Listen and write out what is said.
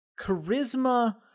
charisma